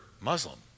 Muslim